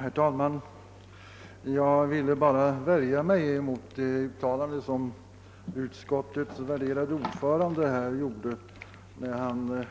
Herr talman! Jag vill bara värja mig mot ett uttalande som utskottets värderade ordförande gjorde. Han ville